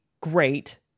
great